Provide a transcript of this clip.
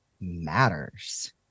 matters